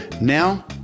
now